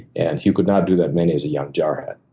and he could not do that many as a young jarhead.